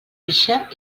pixa